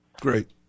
Great